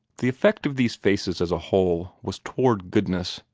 the effect of these faces as a whole was toward goodness,